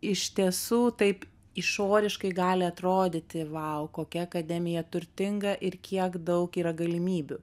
iš tiesų taip išoriškai gali atrodyti vau kokia akademija turtinga ir kiek daug yra galimybių